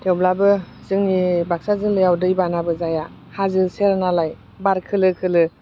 थेवब्लाबो जोंनि बाक्सा जिल्लायाव दैबानाबो जाया हाजो सेर नालाय बार खोलो खोलो